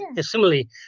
similarly